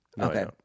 Okay